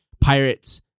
Pirates